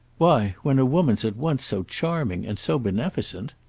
why when a woman's at once so charming and so beneficent